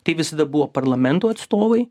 tai visada buvo parlamentų atstovai